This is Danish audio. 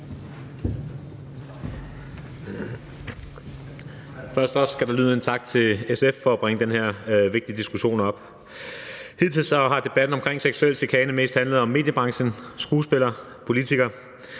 Først skal der lyde en tak til SF for at bringe den her vigtige diskussion op. Hidtil har debatten omkring seksuel chikane mest handlet om mediebranchen, skuespillere, politikere.